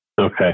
Okay